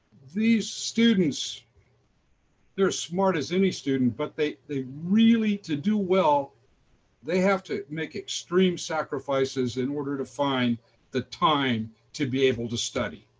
these students they're smart as any student, but they they really to do well they have to make extreme sacrifices in order to find the time to be able to study